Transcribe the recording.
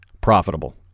profitable